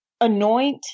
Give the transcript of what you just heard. anoint